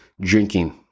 drinking